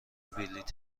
بلیط